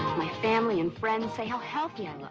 my family and friends say how healthy i look.